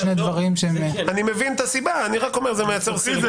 אני מבין את הסיבה, אני רק אומר שזה מייצר סרבול.